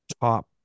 top